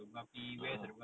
ah